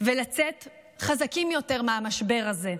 ולצאת חזקים יותר מהמשבר הזה.